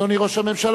אדוני ראש הממשלה,